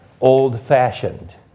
old-fashioned